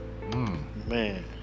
Man